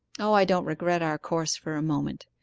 o, i don't regret our course for a moment.